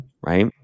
right